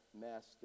master